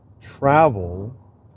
travel